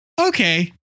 Okay